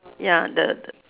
ya the the